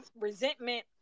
resentment